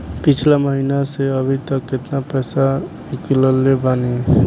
पिछला महीना से अभीतक केतना पैसा ईकलले बानी?